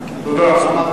תודה.